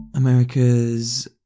America's